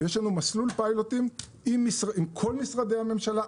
יש לנו מסלול פיילוטים עם כל משרדי הממשלה.